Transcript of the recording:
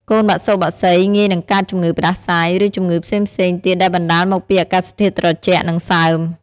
កូនបសុបក្សីងាយនឹងកើតជំងឺផ្តាសាយ ឬជំងឺផ្សេងៗទៀតដែលបណ្តាលមកពីអាកាសធាតុត្រជាក់ និងសើម។